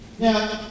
Now